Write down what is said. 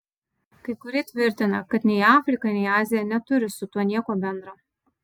kai kurie tvirtina kad nei afrika nei azija neturi su tuo nieko bendra